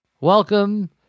Welcome